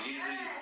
Easy